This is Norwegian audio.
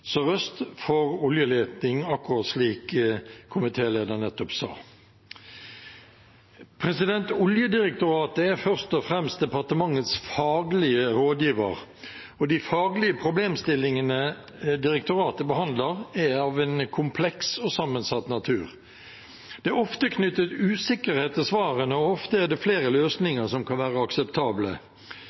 sørøst for oljeleting, akkurat som komitélederen nettopp sa. Oljedirektoratet er først og fremst departementets faglige rådgiver, og de faglige problemstillingene direktoratet behandler, er av en kompleks og sammensatt natur. Det er ofte knyttet usikkerhet til svarene, og ofte er det flere løsninger som kan være akseptable.